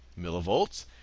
millivolts